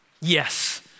Yes